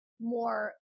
more